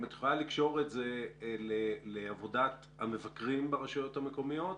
אם את יכולה לקשור את זה לעבודת המבקרים ברשויות המקומיות,